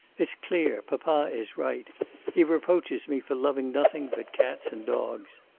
it's clear, papa is right he reproaches me for loving nothing but cats and dogs.